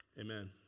amen